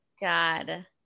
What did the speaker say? God